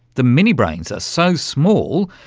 the mini-brains are so small,